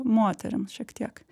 moterims šiek tiek